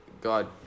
God